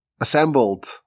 assembled